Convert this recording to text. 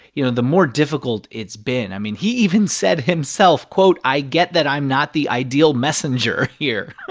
you know, the more difficult it's been. i mean, he even said himself, quote, i get that i'm not the ideal messenger here.